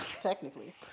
technically